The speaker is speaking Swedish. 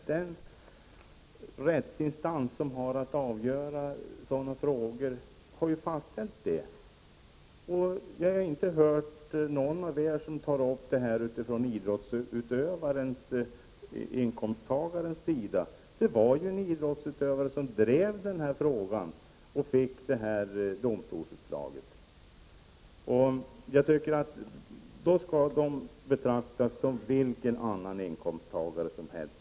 Den rättsinstans som har att avgöra sådana frågor har ju fastställt hur det skall vara. Jag har inte hört någon av er ta upp denna fråga från idrottsutövarens — inkomsttagarens aspekt. Det finns ju ett fall där en idrottsutövare drivit denna fråga, och där kom det också ett domstolsutslag. Idrottsutövarna skall alltså betraktas som vilka andra inkomsttagare som helst.